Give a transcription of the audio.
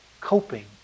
coping